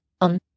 On